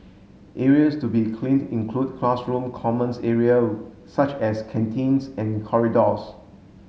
areas to be cleaned include classroom commons area such as canteens and corridors